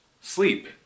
sleep